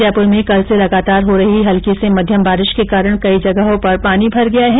जयपुर में कल से लगातार हो रही हल्की से मध्यम बारिश के कारण कई जगहों पर पानी भर गया है